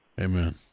Amen